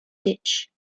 ditch